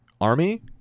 army